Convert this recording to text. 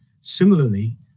Similarly